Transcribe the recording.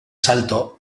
salto